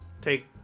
take